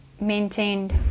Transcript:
maintained